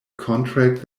contract